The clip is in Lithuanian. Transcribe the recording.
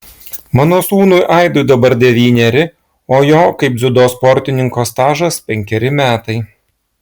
mano sūnui aidui dabar devyneri o jo kaip dziudo sportininko stažas penkeri metai